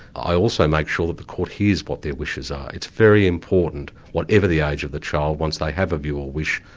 i also make sure that the court hears what their wishes are. it's very important whatever the age of the child, once they have a view or wish,